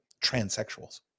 transsexuals